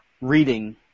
reading